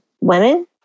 women